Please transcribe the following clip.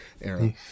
era